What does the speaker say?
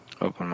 Open